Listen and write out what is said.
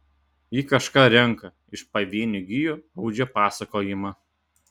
ji kažką renka iš pavienių gijų audžia pasakojimą